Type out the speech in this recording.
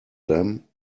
them